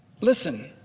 Listen